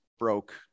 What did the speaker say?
broke